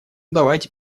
давайте